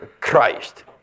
Christ